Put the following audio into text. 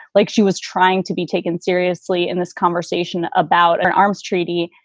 like she was trying to be taken seriously in this conversation about an arms treaty.